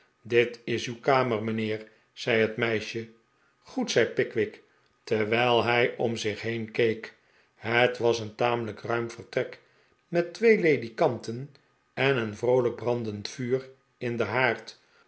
dit is uw kamer mijnheer zei het meisje goed zei pickwick terwijl hij om zich been keek het was een tamelijk ruim vertrek met twee ledikanten en een vroolijk brandend vuur in den haard